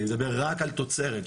אני מדבר רק על תוצרת,